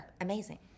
amazing